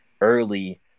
early